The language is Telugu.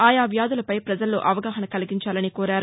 ఆయా వ్యాధులపై పజల్లో అవగాహన కలిగించాలని కోరారు